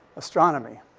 astronomy.